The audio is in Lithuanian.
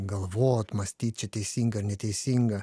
galvot mąstyt čia teisinga ar neteisinga